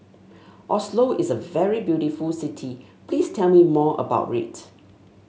Oslo is a very beautiful city please tell me more about it